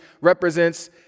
represents